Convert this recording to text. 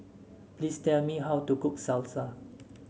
please tell me how to cook Salsa